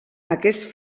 aquest